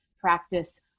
practice